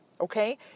Okay